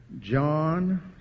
John